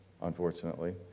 unfortunately